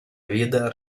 vida